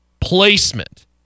placement